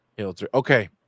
Okay